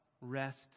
rest